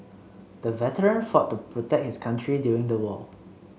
the veteran fought to protect his country during the war